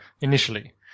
initially